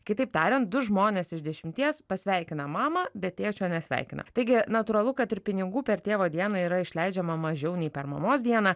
kitaip tariant du žmonės iš dešimties pasveikino mamą bet tėčio nesveikino taigi natūralu kad ir pinigų per tėvo dieną yra išleidžiama mažiau nei per mamos dieną